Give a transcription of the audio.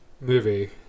movie